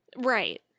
Right